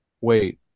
Wait